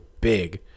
big